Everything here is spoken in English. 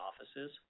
offices